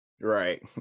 Right